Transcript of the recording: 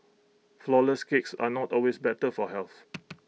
Flourless Cakes are not always better for health